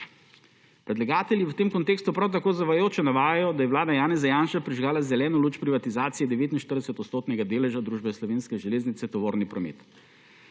Predlagatelji v tem kontekstu prav tako zavajajoče navajajo, da je vlada Janeza Janše prižgala zeleno luč privatizaciji 49 % deleža družbe Slovenske železnice tovorni promet.